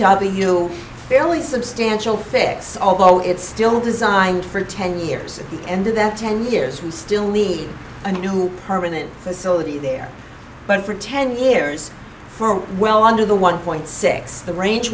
w fairly substantial fix although it's still designed for ten years at the end of that ten years we still leave a new permanent facility there but for ten years from well under the one point six the range